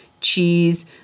cheese